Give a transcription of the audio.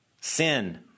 sin